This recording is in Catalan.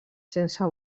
sense